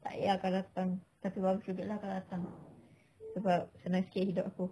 tak payah kau datang tapi bagus juga lah kau datang sebab senang sikit hidup aku